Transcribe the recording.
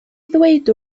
ddweud